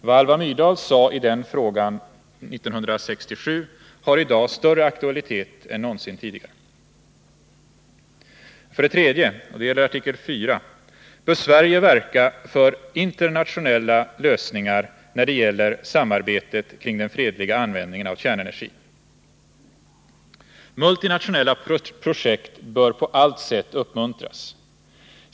Vad Alva Myrdal sade i den frågan 1967 har i dag större aktualitet än någonsin tidigare. För det tredje — artikel 4 — bör Sverige verka för internatione!la lösningar när det gäller samarbete kring den fredliga användningen av kärnenergin. Multinationella projekt bör på allt sätt uppmuntras.